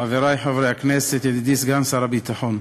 חברי חברי הכנסת, ידידי סגן שר הביטחון,